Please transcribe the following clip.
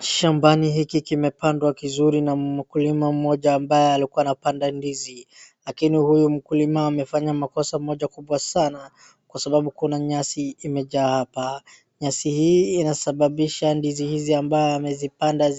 Shambani hiki kimepandwa kizuri na mkulima mmoja ambaye alikuwa anapanda ndizi lakini huyu mkulima amefanya makosa moja kubwa sana kwa sababu kuna nyasi imejaa hapa. Nyasi hii inasababisha ndizi hizi ambayo ameipanda